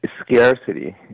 scarcity